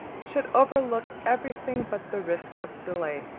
should overlook every thing but the risk of delay.